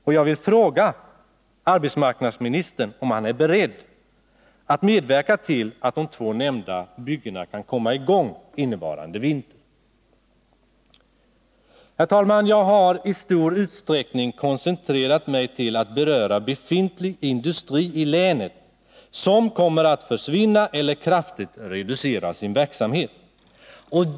Och jag vill fråga arbetsmarknadsministern om han är beredd att medverka till att de två nämnda byggena kan komma i gång innevarande vinter. Herr talman! Jag har i stor utsträckning koncentrerat mig på att beröra befintlig industri i länet som kommer att försvinna eller kraftigt reducera sin verksamhet.